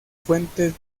fuentes